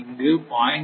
இங்கு 0